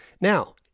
Now